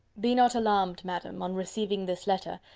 be not alarmed, madam, on receiving this letter,